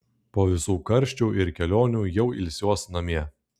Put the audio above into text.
po visų karščių ir kelionių jau ilsiuos namie